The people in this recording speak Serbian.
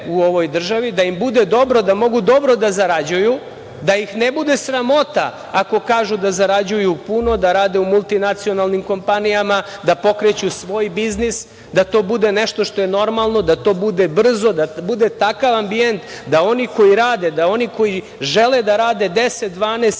da im bude dobro, da mogu dobro da zarađuju, da ih ne bude sramota ako kažu da zarađuju puno, da rade u multinacionalnim kompanijama, da pokreću svoj biznis, da to bude nešto što je normalno, da to bude brzo, da bude takav ambijent da oni koji rade, da oni koji žele da rade 10, 12